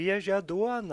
šviežią duoną